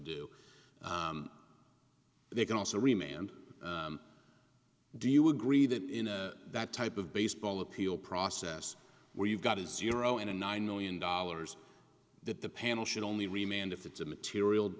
do they can also remain and do you agree that in that type of baseball appeal process where you've got a zero in a nine million dollars that the panel should only remained if it's a material